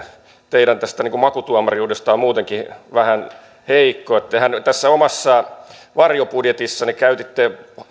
teidän makutuomariudestanne on muutenkin vähän heikko tehän tässä omassa varjobudjetissanne käytitte